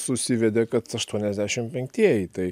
susivedė kad aštuoniasdešim penktieji tai